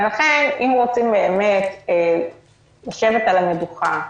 ולכן אם רוצים באמת לשבת על המדוכה,